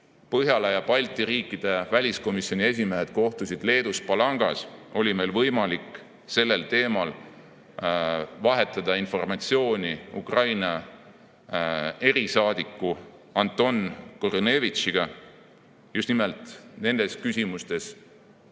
Põhjala ja Balti riikide väliskomisjoni esimehed kohtusid Leedus Palangas, oli meil võimalik sellel teemal vahetada informatsiooni Ukraina erisaadiku Anton Korõnevõtšiga just nimelt nendes küsimustes,